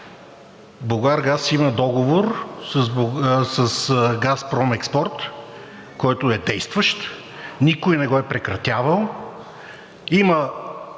„Булгаргаз“ има договор с „Газпром Експорт“, който е действащ. Никой не го е прекратявал.